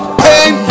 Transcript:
pain